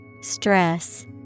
Stress